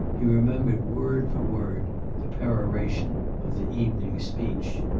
he remembered word for word the peroration of the evening's speech.